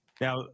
Now